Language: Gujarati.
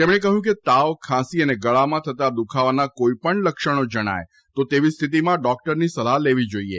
તેમણે એમ પણ કહ્યું કે તાવ ખાંસી અને ગળામાં થતા દુઃખાવાના કોઇ પણ લક્ષણો જણાય તો તેવી સ્થિતિમાં ડોક્ટરની સલાહ લેવી જોઇએ